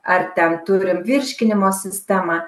ar ten turim virškinimo sistemą